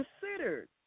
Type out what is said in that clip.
considered